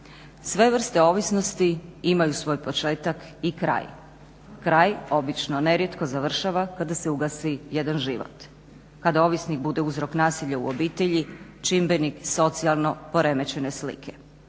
Sve vrste ovisnosti imaju svoj početak i kraj. Kraj obično nerijetko završava kada se ugasi jedan život, kada ovisnik bude uzrok nasilja u obitelji, čimbenik socijalno poremećene slike,